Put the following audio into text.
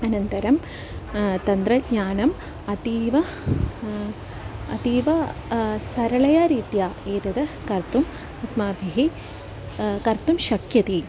अनन्तरं तन्त्रज्ञानम् अतीव अतीव सरलरीत्या एतद् कर्तुम् अस्माभिः कर्तुं शक्यते